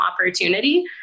opportunity